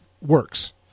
works